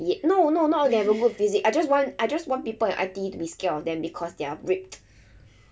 ya no no not that robot physics I just want I just want people in I_T_E to be scared of them because they are ribbed